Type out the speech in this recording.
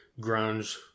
grunge